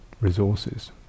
resources